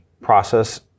process